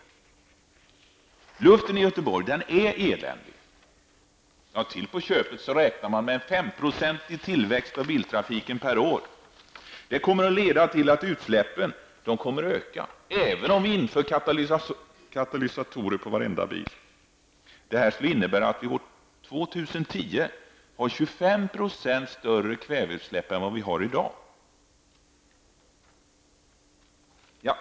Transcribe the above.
Luften i Göteborg är eländig. Till på köpet räknar man med en 5-procentig tillväxt av biltrafiken per år. Detta kommer att leda till att utsläppen ökar även om vi inför katalysatorer på varenda bil. Detta skulle innebära att vi år 2010 skulle ha 25 % större kväveoxidutsläpp än i dag.